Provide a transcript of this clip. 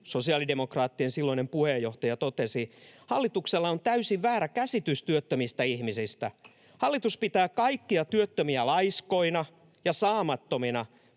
sosiaalidemokraattien silloinen puheenjohtaja, totesi: ”Hallituksella on täysin väärä käsitys työttömistä ihmisistä. Hallitus pitää kaikkia työttömiä laiskoina ja saamattomina,